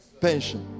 pension